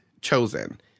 chosen